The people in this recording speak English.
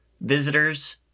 visitors